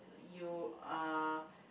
you uh